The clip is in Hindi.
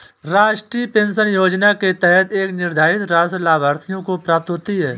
राष्ट्रीय पेंशन योजना के तहत एक निर्धारित राशि लाभार्थियों को प्राप्त होती है